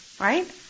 Right